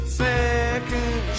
second